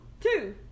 Two